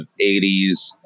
80s